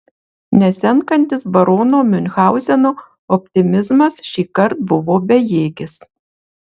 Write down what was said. nesenkantis barono miunchauzeno optimizmas šįkart buvo bejėgis